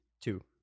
Two